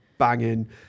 banging